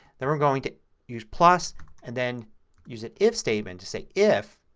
then we're going to use plus and then use an if statement to say if